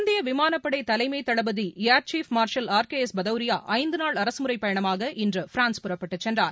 இந்திய விமானப்படை தலைமை தளபதி air chief marshal R K S Bhadauria ஐந்து நாள் அரசுமுறைப் பயணமாக இன்று பிரான்ஸ் புறப்பட்டுச் சென்றார்